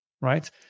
right